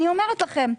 אני אומרת לכן.